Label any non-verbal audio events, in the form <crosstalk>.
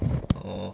<noise> oh